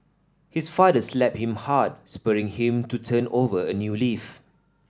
his father slapped him hard spurring him to turn over a new leaf